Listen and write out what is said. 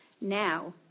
Now